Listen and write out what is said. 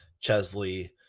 Chesley